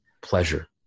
pleasure